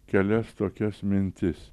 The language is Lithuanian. kelias tokias mintis